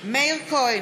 מאיר כהן,